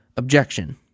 objection